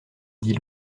dit